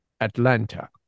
Atlanta